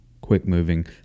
quick-moving